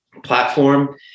platform